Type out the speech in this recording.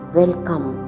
welcome